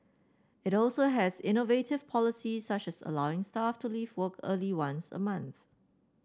it also has innovative policies such as allowing staff to leave work early once a month